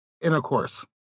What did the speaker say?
intercourse